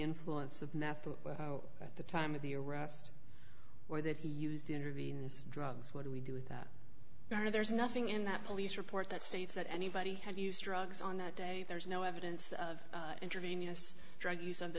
influence of nafta at the time of the arrest or that he used intravenous drugs what do we do with that sort of there's nothing in that police report that states that anybody had used drugs on that day there's no evidence of intravenous drug use on the